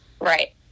Right